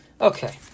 Okay